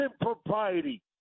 impropriety